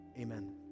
Amen